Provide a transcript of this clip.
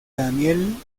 daniel